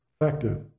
effective